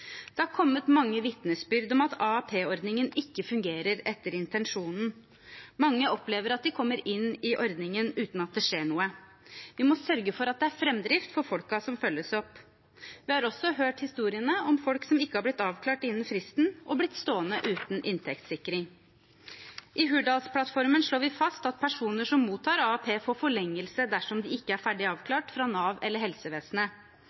Det har kommet mange vitnesbyrd om at AAP-ordningen ikke fungerer etter intensjonen. Mange opplever at de kommer inn i ordningen uten at det skjer noe. Vi må sørge for at det er framdrift for folkene som følges opp. Vi har også hørt historiene om folk som ikke har blitt avklart innen fristen og blitt stående uten inntektssikring. I Hurdalsplattformen slår vi fast at personer som mottar AAP, får forlengelse dersom de ikke er ferdig avklart fra Nav eller helsevesenet.